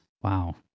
wow